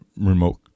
remote